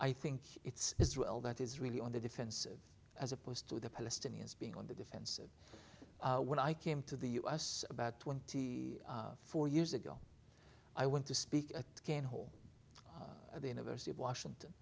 i think it's israel that is really on the defensive as opposed to the palestinians being on the defensive when i came to the u s about twenty four years ago i went to speak at cannes home at the university of washington